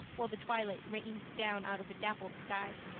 while the twilight rained down out of a dappled sky,